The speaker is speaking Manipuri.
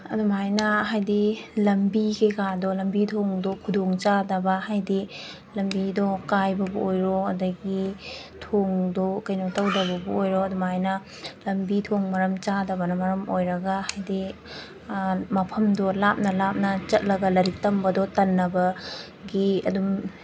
ꯑꯗꯨꯃꯥꯏꯅ ꯍꯥꯏꯗꯤ ꯂꯝꯕꯤ ꯀꯩꯀꯥꯗꯣ ꯂꯝꯕꯤ ꯊꯣꯡꯗꯣ ꯈꯨꯗꯣꯡꯆꯥꯗꯕ ꯍꯥꯏꯗꯤ ꯂꯝꯕꯤꯗꯣ ꯀꯥꯏꯕꯕꯨ ꯑꯣꯏꯔꯣ ꯑꯗꯒꯤ ꯊꯣꯡꯗꯣ ꯀꯩꯅꯣ ꯇꯧꯗꯕꯕꯨ ꯑꯣꯏꯔꯣ ꯑꯗꯨꯃꯥꯏꯅ ꯂꯝꯕꯤ ꯊꯣꯡ ꯃꯔꯝ ꯆꯥꯗꯕꯅ ꯃꯔꯝ ꯑꯣꯏꯔꯒ ꯍꯥꯏꯗꯤ ꯃꯐꯝꯗꯣ ꯂꯥꯞꯅ ꯂꯥꯞꯅ ꯆꯠꯂꯒ ꯂꯥꯏꯔꯤꯛ ꯇꯝꯕꯗꯣ ꯇꯟꯅꯕꯒꯤ ꯑꯗꯨꯝ